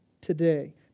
today